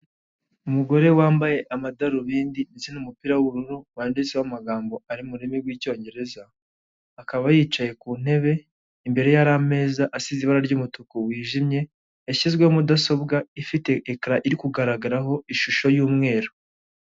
Umugore wambaye amadarubindi ndetse n'umupira w'ubururu wanditseho amagambo ari mururimi rw'icyongereza akaba yicaye ku ntebe imbere hari ameza asize ibara ry'umutuku wijimye yashyizweho mudasobwa ifite ekara iri kugaragaraho ishusho y'umweru.